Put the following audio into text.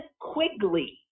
Quigley